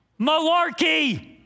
Malarkey